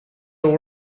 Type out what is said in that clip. all